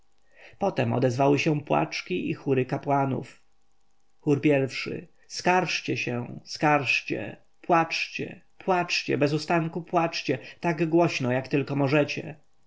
potem odezwały się płaczki i chóry kapłanów chór i-szy skarżcie się skarżcie płaczcie płaczcie bez ustanku płaczcie tak głośno jak tylko możecie